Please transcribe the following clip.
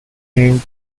name